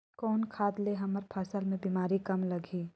कौन खाद ले हमर फसल मे बीमारी कम लगही?